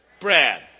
Brad